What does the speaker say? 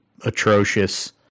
atrocious